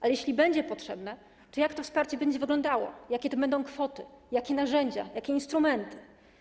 A jeśli będzie potrzebne, to jak to wsparcie będzie wyglądało, jakie to będą kwoty, jakie to będą narzędzia, jakie instrumenty?